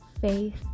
faith